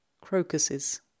crocuses